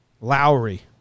Lowry